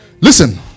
Listen